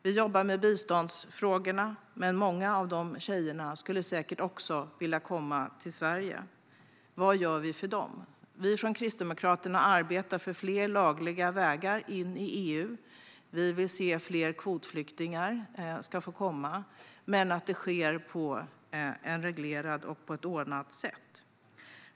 Vi jobbar med biståndsfrågorna, men många av tjejerna skulle säkert också vilja komma till Sverige. Vad gör vi för dem? Vi från Kristdemokraterna arbetar för fler lagliga vägar in i EU. Vi vill se att fler kvotflyktingar ska få komma men att det ska ske på ett reglerat och ordnat sätt.